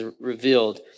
revealed